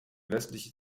westliche